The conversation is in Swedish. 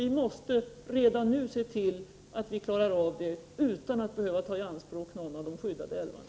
Vi måste redan nu se till att vi klarar av omställningen utan att behöva ta i anspråk någon av de skyddade älvarna.